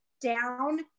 down